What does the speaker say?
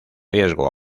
riesgo